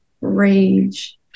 rage